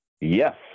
Yes